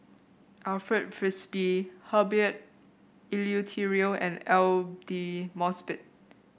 Alfred Frisby Herbert Eleuterio and Aidli Mosbit